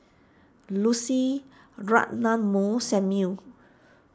Lucy Ratnammah Samuel